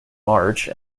march